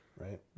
right